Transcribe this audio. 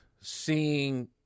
seeing